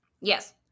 Yes